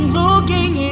looking